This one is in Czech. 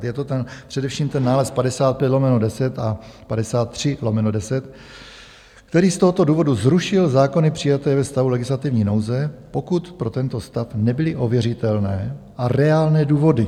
Je to především ten nález 55/10 a 53/10, který z tohoto důvodu zrušil zákony přijaté ve stavu legislativní nouze, pokud pro tento stav nebyly ověřitelné a reálné důvody.